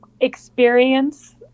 experience